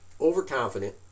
overconfident